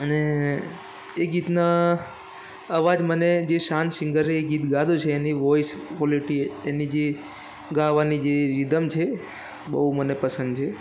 અને એ ગીતના અવાજ મને જે શાન સિંગરે એ ગીત ગાયું છે એની વોઇસ ક્વોલિટી એની જે ગાવાની જે રીધમ છે એ બહુ મને પસંદ છે